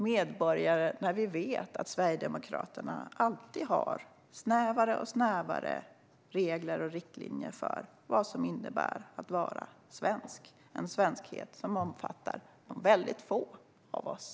Vi vet ju att Sverigedemokraterna alltid skapar snävare och snävare regler och riktlinjer för vad det innebär att vara svensk. Det är en svenskhet som omfattar väldigt få av oss.